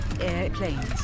airplanes